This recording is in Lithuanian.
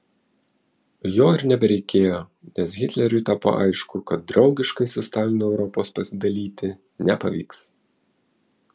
jo ir nebereikėjo nes hitleriui tapo aišku kad draugiškai su stalinu europos pasidalyti nepavyks